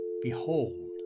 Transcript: behold